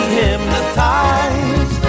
hypnotized